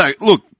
look